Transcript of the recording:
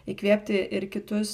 įkvėpti ir kitus